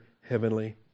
heavenly